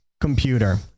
computer